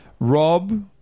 Rob